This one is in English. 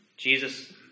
Jesus